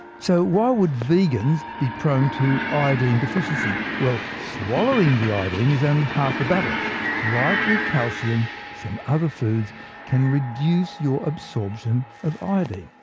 so why would vegans be prone to iodine deficiency? well swallowing iodine is only half the battle like with calcium, some other foods can reduce your absorption of ah iodine.